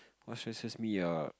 what stresses me err